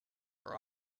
are